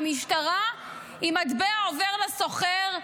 היא מטבע עובר לסוחר,